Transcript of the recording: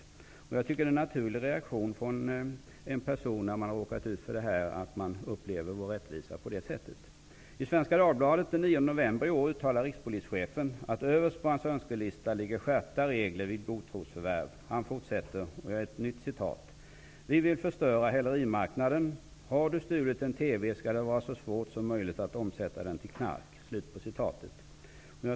Jag tycker att det är en naturlig reaktion från en person som har råkat ut för detta att uppleva vår rättvisa på det sättet. I Svenska Dagbladet den 9 november i år uttalar rikspolischefen att överst på hans önskelista ligger skärpta regler vid godtrosförvärv. Han fortsätter: ''Vi vill förstöra hälerimarknaden. Har du stulit en TV, skall det vara så svårt som möjligt att omsätta den till knark.''